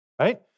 right